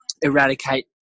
eradicate